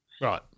Right